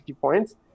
points